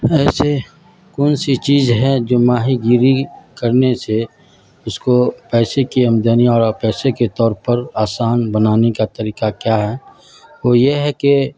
ایسے کون سی چیز ہے جو ماہی گیری کرنے سے اس کو پیسے کی آمدنی اور پیسے کے طور پر آسان بنانے کا طریقہ کیا ہے وہ یہ ہے کہ